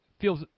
feels